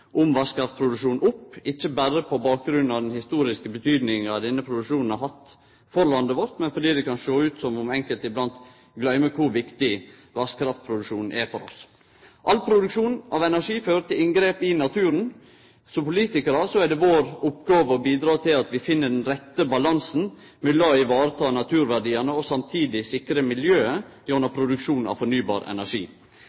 opp, ikkje berre på bakgrunn av den historiske betydinga denne produksjonen har hatt for landet vårt, men fordi det kan sjå ut som om enkelte iblant gløymer kor viktig vasskraftproduksjon er for oss. All produksjon av energi fører til inngrep i naturen. Som politikarar er det vår oppgåve å bidra til at vi finn den rette balansen mellom å vareta naturverdiane og samtidig sikre miljøet gjennom